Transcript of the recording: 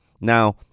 Now